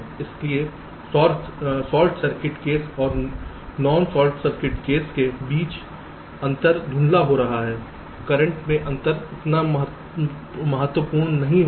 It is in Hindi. इसलिए शॉर्ट सर्किट केस और नॉन शॉर्ट सर्किट केस के बीच अंतर धुंधला हो रहा है करंट में अंतर उतना महत्वपूर्ण नहीं होगा